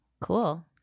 Cool